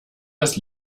das